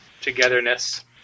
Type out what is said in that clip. togetherness